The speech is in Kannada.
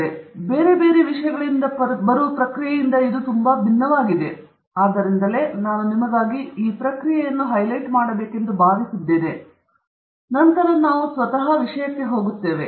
ಆದ್ದರಿಂದ ಬೇರೆ ಬೇರೆ ವಿಷಯಗಳಿಂದ ಬರುವ ಪ್ರಕ್ರಿಯೆಯಿಂದ ಇದು ತುಂಬಾ ಭಿನ್ನವಾಗಿದೆ ಆದ್ದರಿಂದಲೇ ನಾನು ನಿಮಗಾಗಿ ಈ ಪ್ರಕ್ರಿಯೆಯನ್ನು ಹೈಲೈಟ್ ಮಾಡಬೇಕೆಂದು ನಾನು ಭಾವಿಸಿದ್ದೇನೆ ಮತ್ತು ನಂತರ ನಾವು ಸ್ವತಃ ವಿಷಯಕ್ಕೆ ಹೋಗುತ್ತೇವೆ